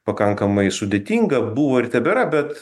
pakankamai sudėtinga buvo ir tebėra bet